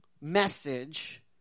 message